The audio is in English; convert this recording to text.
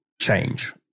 change